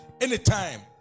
Anytime